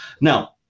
Now